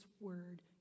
word